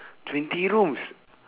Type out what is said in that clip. twenty rooms